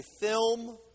film